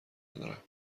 دارم